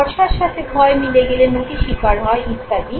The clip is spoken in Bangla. ভরসার সাথে ভয় মিলে গেলে নতিস্বীকার হয় ইত্যাদি